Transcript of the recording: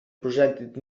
presented